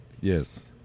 yes